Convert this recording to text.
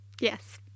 Yes